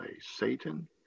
Satan